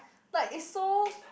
like it's so